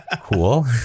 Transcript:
cool